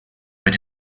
were